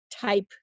Type